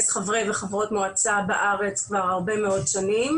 חברי וחברות מועצה בארץ כבר הרבה מאוד שנים.